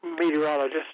meteorologist